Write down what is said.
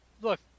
look